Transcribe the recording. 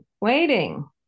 waiting